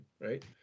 right